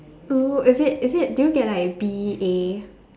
oh is it is it did you get like B A